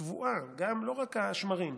התבואה, לא רק השמרים,